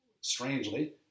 Strangely